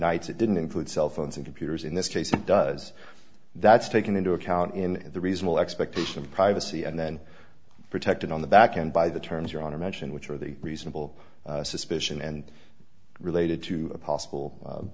nights it didn't include cell phones and computers in this case it does that's taken into account in the reasonable expectation of privacy and then protected on the back end by the terms your honor mentioned which are the reasonable suspicion and related to a possible